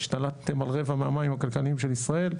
השתלטתם על רבע מהמים הכלכליים של ישראל,